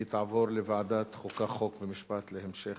התשע"ב 2012, לוועדת החוקה, חוק ומשפט נתקבלה.